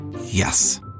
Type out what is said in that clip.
Yes